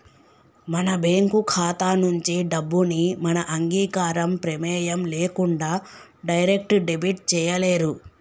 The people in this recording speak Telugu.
మన బ్యేంకు ఖాతా నుంచి డబ్బుని మన అంగీకారం, ప్రెమేయం లేకుండా డైరెక్ట్ డెబిట్ చేయలేరు